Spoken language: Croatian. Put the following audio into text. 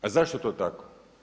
A zašto je to tako?